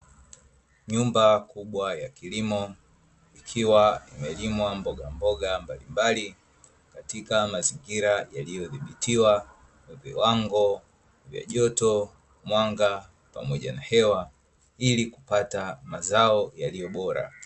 Nyumba kubwa ya kilimo ikiwa imelimwa mbogamboga mbalimbali katika mazingira yaliyodhibitiwa viwango vya joto, mwanga pamoja na hewa; ili kupata mazao yaliyo bora.